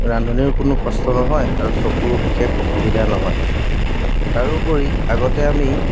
ৰান্ধনিৰ কোনো কষ্ট নহয় আৰু চকুৰো বিশেষ অসুবিধা নহয় তাৰোপৰি আগতে আমি